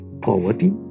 poverty